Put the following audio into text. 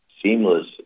seamless